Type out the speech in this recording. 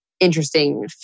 interesting